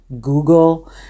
google